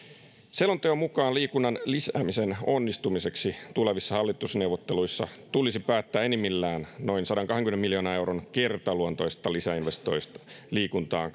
selonteon mukaan liikunnan lisäämisen onnistumiseksi tulevissa hallitusneuvotteluissa tulisi päättää enimmillään noin sadankahdenkymmenen miljoonan euron kertaluontoisesta lisäinvestoinnista liikuntaan